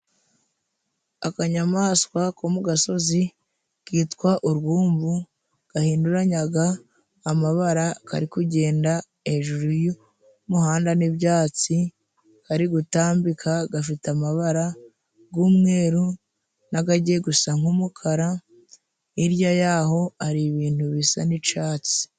Akanyamaswa ko mu gasozi kitwa urwumvu gahinduranyaga amabara kari kugenda hejuru y'umuhanda n'ibyatsi, karigutambika gafite amabara g'umweru n'agagiye gusa nk'umukara ,hirya y'aho hari ibintu bisa n'icatsi.